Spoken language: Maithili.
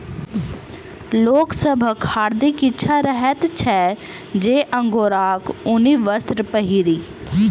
लोक सभक हार्दिक इच्छा रहैत छै जे अंगोराक ऊनी वस्त्र पहिरी